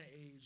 age